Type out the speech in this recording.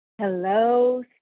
Hello